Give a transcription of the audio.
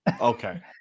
Okay